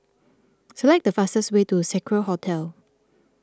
select the fastest way to Seacare Hotel